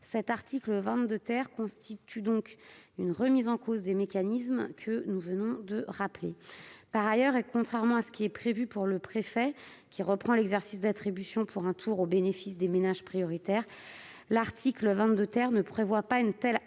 l'article 22 , constitue une remise en cause des mécanismes précités. Par ailleurs, et contrairement à ce qui est prévu pour le préfet, qui reprend l'exercice d'attribution pour un tour au bénéfice des ménages prioritaires, l'article 22 ne prévoit pas une telle